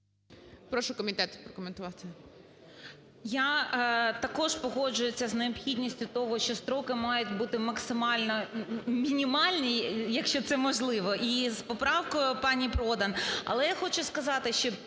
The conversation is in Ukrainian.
Прошу комітет прокоментувати.